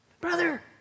brother